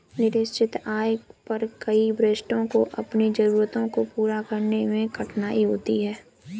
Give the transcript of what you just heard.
निश्चित आय पर कई वरिष्ठों को अपनी जरूरतों को पूरा करने में कठिनाई होती है